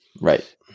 right